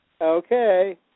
Okay